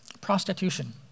Prostitution